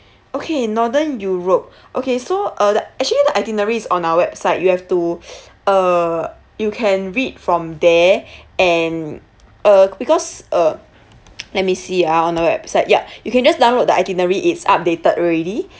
okay northern europe okay so uh that actually the itinerary is on our website you have to uh you can read from there and uh because uh let me see ah on the website ya you can just download the itinerary it's updated already